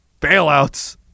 Bailouts